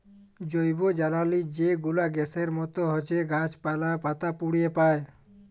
জৈবজ্বালালি যে গুলা গ্যাসের মত হছ্যে গাছপালা, পাতা পুড়িয়ে পায়